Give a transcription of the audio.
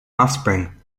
offspring